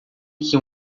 que